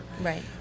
Right